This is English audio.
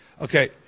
Okay